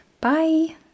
Bye